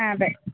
അ അതെ